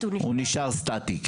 נשאר סטטי.